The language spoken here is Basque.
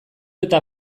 eta